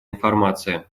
информации